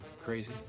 crazy